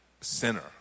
sinner